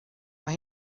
mae